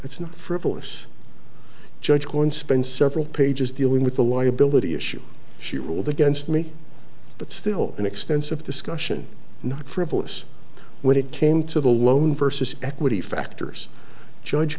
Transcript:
it's no frivolous judge going to spend several pages dealing with the liability issue she ruled against me but still an extensive discussion not frivolous when it came to the loan vs equity factors judge